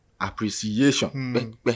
Appreciation